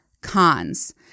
cons